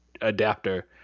Adapter